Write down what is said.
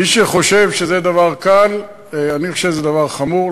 מי שחושב שזה דבר קל, אני חושב שזה דבר חמור.